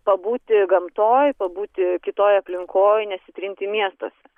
pabūti gamtoj pabūti kitoj aplinkoj nesitrinti miestuose